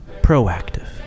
proactive